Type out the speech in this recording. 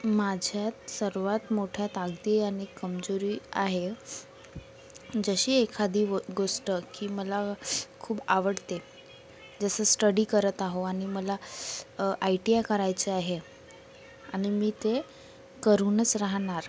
माझ्यात सर्वात मोठा ताकदी आणि कमजोरी आहे जशी एखादी व गोष्ट की मला खूप आवडते जसं स्टडी करत आहो आणि मला आय टी आय करायचं आहे आणि मी ते करूनच राहणार